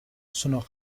sono